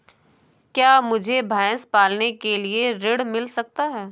क्या मुझे भैंस पालने के लिए ऋण मिल सकता है?